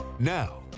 now